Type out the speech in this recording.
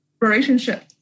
relationship